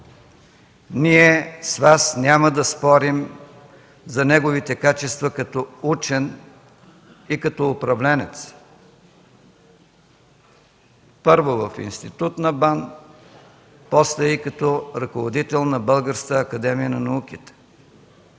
Ние с Вас няма да спорим за неговите качества като учен и като управленец първо, в институт на БАН, после и като ръководител на Българската академия на науките.